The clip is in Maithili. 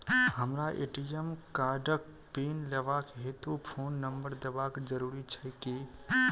हमरा ए.टी.एम कार्डक पिन लेबाक हेतु फोन नम्बर देबाक जरूरी छै की?